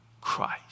Christ